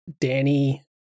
Danny